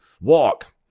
walk